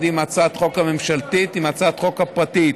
הצעת החוק הממשלתית עם הצעת החוק הפרטית.